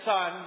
Son